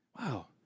Wow